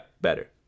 better